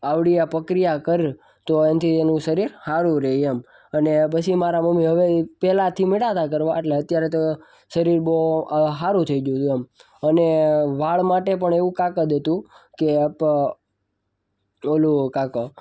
આવડી આ પ્રક્રિયા કર તો એનાથી એનું શરીર સારું રહે એમ અને પછી મારાં મમ્મી હવે એ પહેલાંથી મંડ્યા હતાં કરવા અટલે અત્યારે તો શરીર બહુ સારું થઈ ગયું છે એમ અને વાળ માટે પણ એવું કાંઈક જ હતું કે પ ઓલું કાંઈક